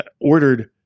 ordered